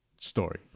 story